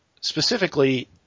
specifically